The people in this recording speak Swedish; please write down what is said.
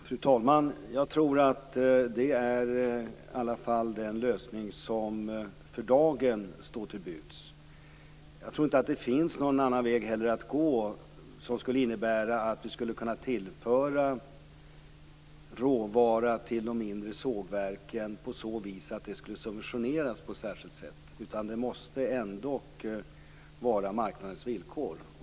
Fru talman! Jag tror att det i alla fall för dagen är den lösning som står till buds. Jag tror inte att det finns någon väg att gå som skulle innebära att vi tillförde råvara till de mindre sågverken genom någon särskild subventionering. Det här måste ske på marknadens villkor.